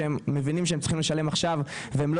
שהם מבינים שהם צריכים לשלם עכשיו והם לא